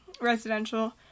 residential